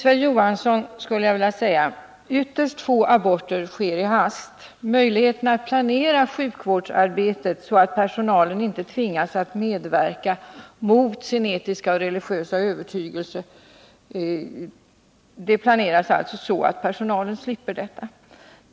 Fru talman! Ytterst få aborter sker i hast, Sven Johansson. Sjukvårdsarbetet planeras därför så att personalen inte tvingas medverka mot sin etiska och religiösa övertygelse.